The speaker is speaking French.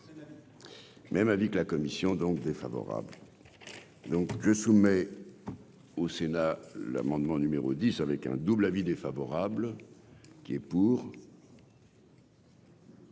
Même avis que la commission donc défavorable, donc je soumets au Sénat l'amendement numéro 10 avec un double avis défavorable qui est pour.